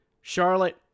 Charlotte